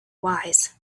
wise